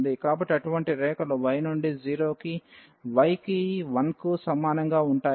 కాబట్టి అటువంటి రేఖలు y నుండి 0 కి y కి 1 కు సమానంగా ఉంటాయి